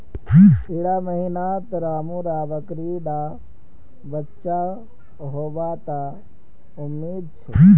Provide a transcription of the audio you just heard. इड़ा महीनात रामु र बकरी डा बच्चा होबा त उम्मीद छे